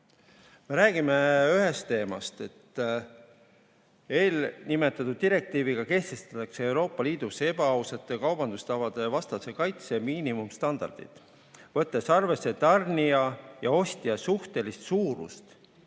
Me räägime ühest teemast. Eelnimetatud direktiiviga kehtestatakse Euroopa Liidus ebaausate kaubandustavade vastase kaitse miinimumstandardid, võttes arvesse tarnija ja ostja suhtelist suurust,